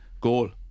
Goal